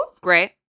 Great